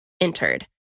entered